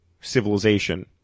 civilization